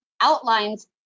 outlines